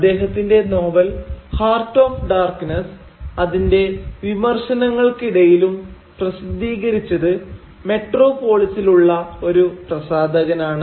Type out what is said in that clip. അദ്ദേഹത്തിന്റെ novel 'heart of darkness' അതിൻറെ വിമർശനങ്ങൾക്കിടയിലും പ്രസിദ്ധീകരിച്ചത് മെട്രോപോളിസിലുള്ള ഒരു പ്രസാധകനാണ്